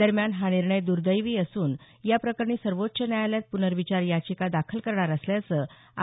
दरम्यान हा निर्णय दुर्दैवी असून याप्रकरणी सर्वोच्च न्यायालयात पुनर्विचार याचिका दाखल करणार असल्याचं आर